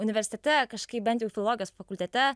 universitete kažkaip bent jau filologijos fakultete